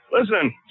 Listen